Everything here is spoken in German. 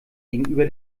gegenüber